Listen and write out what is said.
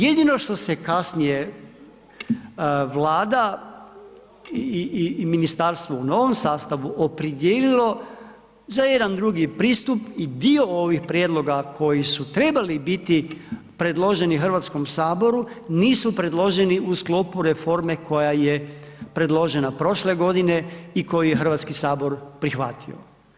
Jedino što se kasnije Vlada i ministarstvo u novom sastavu opredijelilo za jedan drugi pristup i dio ovih prijedloga koji su trebali biti predloženi Hrvatskom saboru nisu predloženi u sklopu reforme koja je predložena prošle godine i koju je Hrvatski sabor prihvatio.